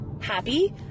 happy